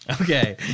Okay